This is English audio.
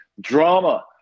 Drama